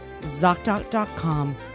ZocDoc.com